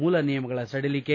ಮೂಲ ನಿಯಮಗಳ ಸಡಿಲಿಕೆ